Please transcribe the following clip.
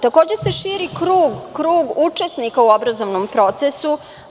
Takođe, širi se krug učesnika u obrazovnom procesu.